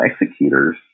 executors